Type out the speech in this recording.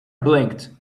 blinked